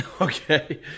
Okay